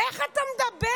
איך אתה מדבר?